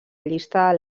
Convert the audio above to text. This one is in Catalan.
llista